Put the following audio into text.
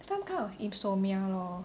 some kind of insomnia lor